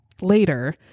later